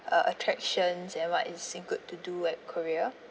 uh attractions and what is it good to do at korea